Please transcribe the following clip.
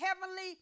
heavenly